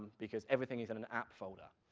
because everything is in an app folder.